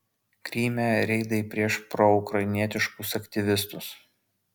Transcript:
kryme reidai prieš proukrainietiškus aktyvistus